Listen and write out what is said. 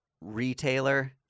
retailer